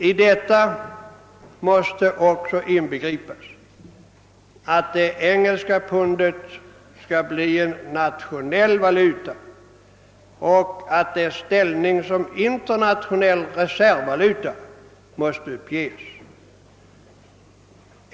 Häri måste inbegripas att det engelska pundet skall bli en nationell valuta och att dess ställning som internationell reservvaluta måste uppges.